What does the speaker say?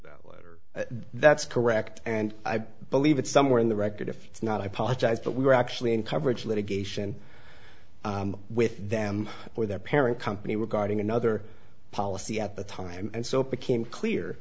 them that's correct and i believe it's somewhere in the record if it's not i apologize but we were actually in coverage litigation with them or their parent company regarding another policy at the time and so it became clear